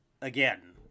again